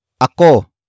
ako